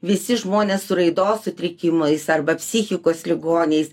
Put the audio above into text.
visi žmonės su raidos sutrikimais arba psichikos ligoniais